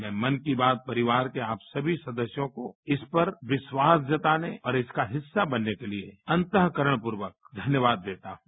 मैं मन की बात परिवार के आप सभी सदस्यों को इस पर विश्वास जताने और इसका हिस्सा बनने के लिए अन्तरूकरणपुर्वक धन्यवाद देता हूं